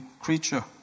creature